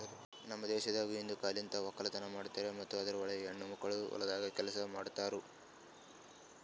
ನಮ್ ದೇಶದಾಗ್ ಹಿಂದಿನ್ ಕಾಲಲಿಂತ್ ಒಕ್ಕಲತನ ಮಾಡ್ತಾರ್ ಮತ್ತ ಅದುರ್ ಒಳಗ ಹೆಣ್ಣ ಮಕ್ಕಳನು ಹೊಲ್ದಾಗ್ ಕೆಲಸ ಮಾಡ್ತಿರೂ